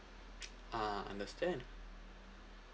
ah understand